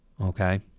Okay